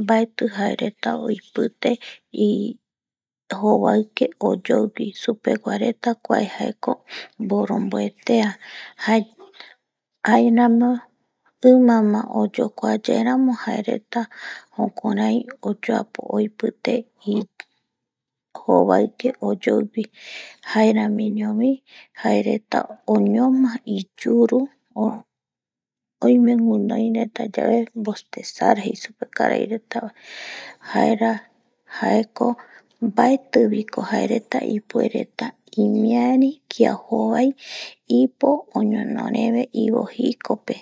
mbaeti jaereta oipite ijovaike oyoupi supegua reta kua jaeko mboromboetea jae jaeramo imama oyokuayaeramo jareta jukurai oyoapo oipite ijovaike oyuipi, jaeramiño jaereta oñono iyuru o oime guinoi retayae vostesar jeisupe karairetava, jaera jaeko mbaetiviko jaereta ipuereta imiari kia jovai ipo oñono reve ivojikope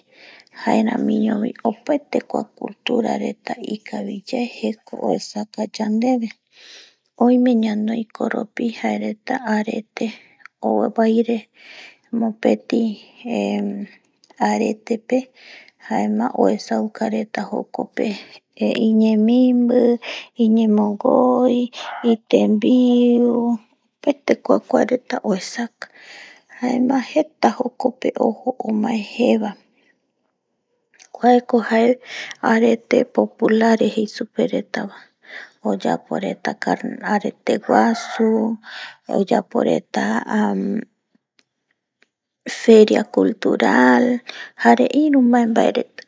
jaeramiñovi opaete kuae cultura reta ikaviyae jeko oesaka yandeve oime ñanoi koroi jaereta arete ovaire mopeti aretepe jaema oesauka reta jokope iñemimbi, iñemongui, itembiu opaete kuakua reta oesaka, jaema jeta jokope ojo omae jeva kuaeko jae arete populare jei supe retava, oyapo reta car arete guasu oyaporeta feria cultural jare irü mbaembae reta